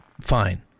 Fine